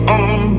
on